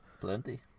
plenty